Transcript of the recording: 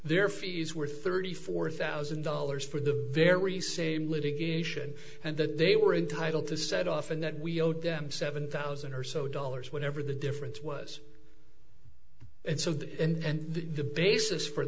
their fees were thirty four thousand dollars for the very same litigation and that they were entitled to set off and that we owed them seven thousand or so dollars whatever the difference was and so that and the basis for